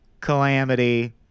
Calamity